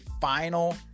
final